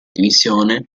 divisione